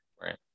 Right